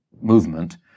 movement